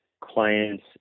clients